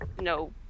no